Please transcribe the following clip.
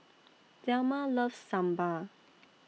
Delma loves Sambal